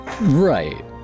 Right